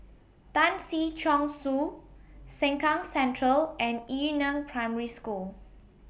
Tan Si Chong Su Sengkang Central and Yu Neng Primary School